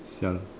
[sial]